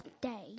day